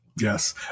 Yes